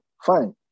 fine